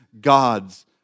God's